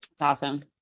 Awesome